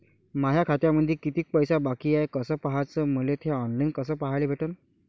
माया खात्यामंधी किती पैसा बाकी हाय कस पाह्याच, मले थे ऑनलाईन कस पाह्याले भेटन?